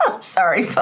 sorry